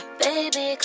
baby